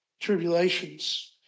tribulations